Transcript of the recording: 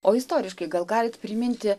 o istoriškai gal galit priminti